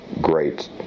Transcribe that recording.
great